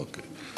אוקיי.